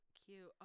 cute